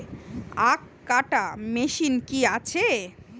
আখ কাটা মেশিন কি আছে?